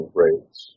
rates